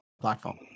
platform